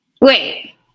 Wait